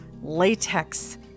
latex